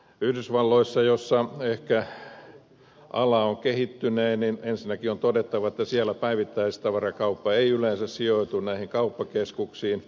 yhdysvalloista missä ehkä ala on kehittynein on ensinnäkin todettava että siellä päivittäistavarakauppa ei yleensä sijoitu näihin kauppakeskuksiin